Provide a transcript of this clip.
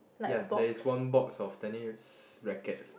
ya there is one box of tennis rackets